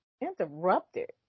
interrupted